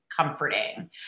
comforting